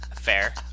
Fair